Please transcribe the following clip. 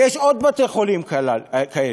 ויש עוד בתי-חולים כאלה: